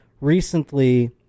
recently